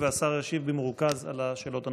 השר ישיב במרוכז על השאלות הנוספות.